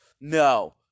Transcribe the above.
no